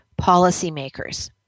policymakers